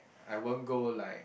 I won't go like